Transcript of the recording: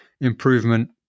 improvement